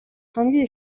хамгийн